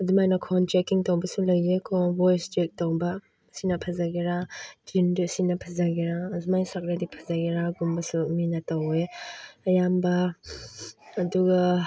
ꯑꯗꯨꯃꯥꯏꯅ ꯈꯣꯟ ꯆꯦꯛꯀꯤꯡ ꯇꯧꯕꯁꯨ ꯂꯩꯌꯦꯀꯣ ꯚꯣꯏꯁ ꯆꯦꯛ ꯇꯧꯕ ꯁꯤꯅ ꯐꯖꯒꯦꯔꯥ ꯁꯤꯅ ꯐꯖꯒꯦꯔꯥ ꯑꯗꯨꯃꯥꯏ ꯁꯛꯂꯗꯤ ꯐꯖꯒꯦꯔꯥꯒꯨꯝꯕꯁꯨ ꯃꯤꯅ ꯇꯧꯋꯦ ꯑꯌꯥꯝꯕ ꯑꯗꯨꯒ